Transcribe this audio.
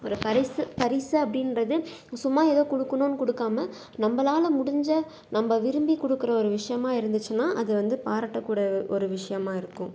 ஒரு பரிசு பரிசு அப்படின்றது சும்மா எதோ கொடுக்கணுன்னு கொடுக்காம நம்மளால முடிஞ்ச நம்ம விரும்பி கொடுக்குற ஒரு விஷயமா இருந்துச்சுனால் அது வந்து பாராட்டக்கூட ஒரு விஷயமா இருக்கும்